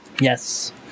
yes